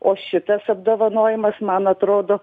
o šitas apdovanojimas man atrodo